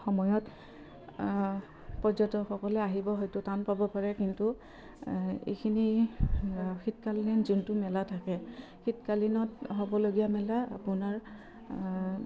সময়ত পৰ্যটকসকলে আহিব হয়তো টান পাব পাৰে কিন্তু এইখিনি শীতকালীন যোনটো মেলা থাকে শীতকালীনত হ'বলগীয়া মেলা আপোনাৰ